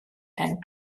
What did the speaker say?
and